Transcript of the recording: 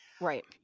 Right